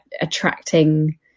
attracting